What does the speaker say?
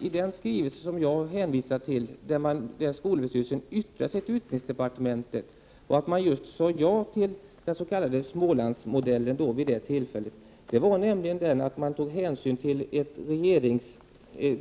I den skrivelse som jag hänvisade till yttrar sig skolöverstyrelsen till utbildningsdepartementet och säger ja till den s.k. Smålandsmodellen. Det intressanta är att man då tog hänsyn till att